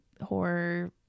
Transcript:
horror